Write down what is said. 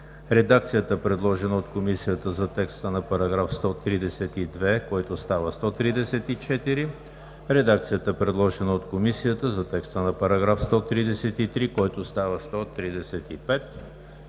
редакцията, предложена от Комисията за текста на § 132, който става § 134; редакцията, предложена от Комисията за текста на § 133, който става § 135;